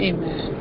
Amen